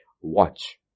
watch